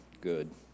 good